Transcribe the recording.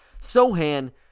Sohan